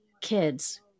kids